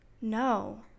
No